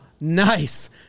Nice